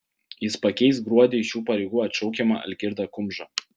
jis pakeis gruodį iš šių pareigų atšaukiamą algirdą kumžą